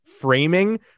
framing